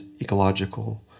ecological